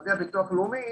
למשרדי הביטוח הלאומי,